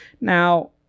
Now